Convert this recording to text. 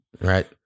Right